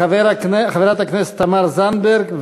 חברת הכנסת תמר זנדברג,